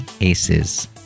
aces